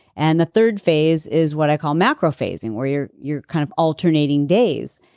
and the third phase is what i call macro-phasing, where you're you're kind of alternating days.